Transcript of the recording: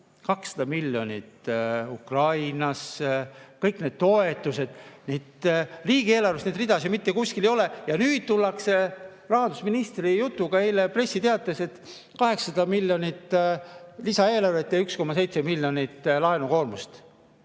200 miljonit Ukrainasse, kõik need toetused – riigieelarves neid ridasid mitte kuskil ei ole. Ja nüüd tullakse rahandusministri jutuga eile pressiteates, et 800 miljonit lisaeelarvet ja 1,7 miljonit laenukoormust.